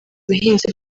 ubuhinzi